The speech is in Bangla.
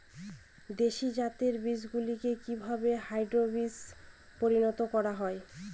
দেশি জাতের বীজগুলিকে কিভাবে হাইব্রিড বীজে পরিণত করা হয়?